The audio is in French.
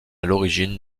l’origine